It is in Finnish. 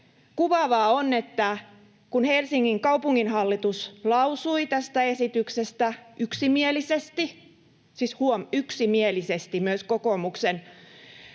Kuvaavaa on, että kun Helsingin kaupunginhallitus lausui tästä esityksestä yksimielisesti — siis